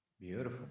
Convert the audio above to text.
Beautiful